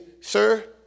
sir